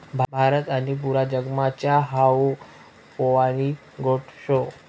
भारत आणि पुरा जगमा च्या हावू पेवानी गोट शे